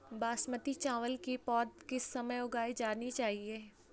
बासमती चावल की पौध किस समय उगाई जानी चाहिये?